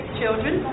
children